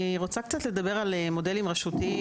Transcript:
אני רוצה לדבר על מודלים רשותיים,